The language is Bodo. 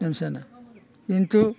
बांसिनानो किन्तु